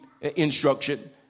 instruction